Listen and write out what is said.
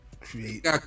create